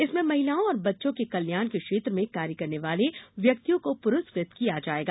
इसमें महिलाओं और बच्चों के कल्याण के क्षेत्र में कार्य करने वाले व्यक्तियों को पुरस्कृत किया जायेगा